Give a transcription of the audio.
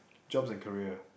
jobs and career